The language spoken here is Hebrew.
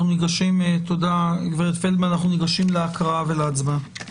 אנחנו נגשים להקראה ולהצבעה.